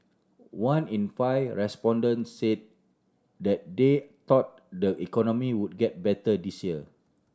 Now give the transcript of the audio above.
one in five respondents said that they thought the economy would get better this year